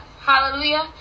Hallelujah